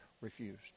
refused